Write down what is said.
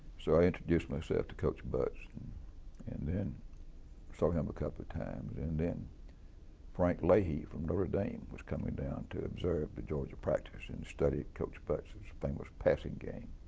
so i introduced myself to coach butts and then saw him a couple of times. and then frank leahy from notre dame was coming down to observe the georgia practice and study coach butts' famous passing game.